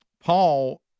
Paul